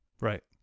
Right